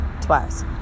Twice